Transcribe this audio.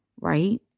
Right